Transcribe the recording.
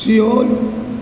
सिऔल